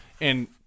and-